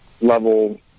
level